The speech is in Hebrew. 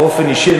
באופן אישי,